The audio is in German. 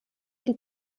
die